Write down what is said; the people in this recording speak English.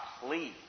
please